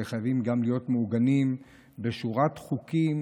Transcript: הדברים חייבים גם להיות מעוגנים בשורת חוקים